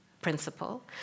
principle